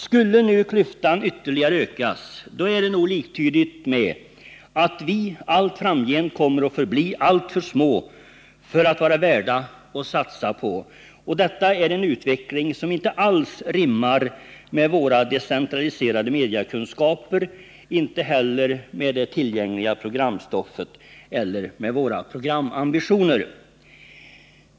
Skulle klyftan nu ytterligare ökas är det nog liktydigt med att vi allt framgent kommer att förbli alltför små för att vara värda att satsa på, och detta är en utveckling som inte alls rimmar med decentraliseringen av mediakunskaperna liksom inte heller med det tillgängliga programstoffet eller med våra programambitioner.